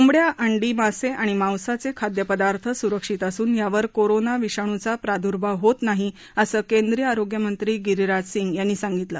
कोंबडया अंडी मासे आणि मांसाचे खाद्यपदार्थ सुरक्षित असून यावर कोरोना विषाणूचा प्रादुर्भाव होत नाही असं केंद्रीय आरोग्यमंत्री गिरीराज सिंग यांनी सांगितलं